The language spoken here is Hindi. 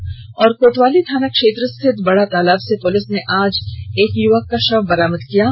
शव बरामद कोतवाली थाना क्षेत्र स्थित बड़ा तालाब से पुलिस ने आज सुबह एक युवक का शव बरामद किया है